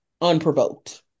unprovoked